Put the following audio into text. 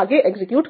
आगे एग्जीक्यूट होगा